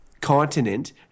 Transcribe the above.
continent